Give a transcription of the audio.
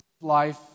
life